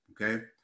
okay